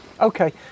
Okay